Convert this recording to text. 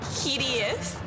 hideous